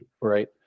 right